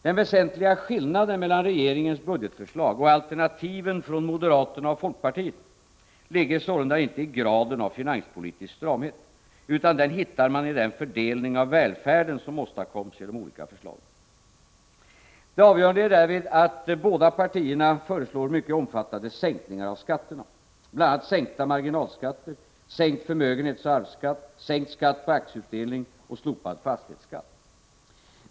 Den väsentliga skillnaden mellan regeringens budgetförslag och alternativen från moderaterna och folkpartiet ligger sålunda inte i graden av finanspolitisk stramhet, utan den hittar man i den fördelning av välfärden som åstadkoms i de olika förslagen. Det avgörande är därvid att de båda partierna föreslår mycket omfattande sänkningar av skatterna, bl.a. sänkta marginalskatter, sänkt förmögenhetsoch arvsskatt, sänkt skatt på aktieutdelning och slopad fastighetsskatt.